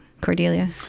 Cordelia